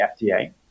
FDA